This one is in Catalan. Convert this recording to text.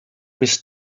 més